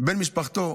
שבן משפחתו